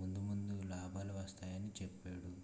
ముందు ముందు లాభాలు వస్తాయని చెప్పేడు